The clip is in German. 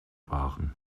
waren